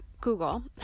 Google